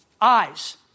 Eyes